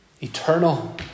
eternal